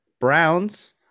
Browns